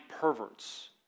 perverts